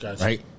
right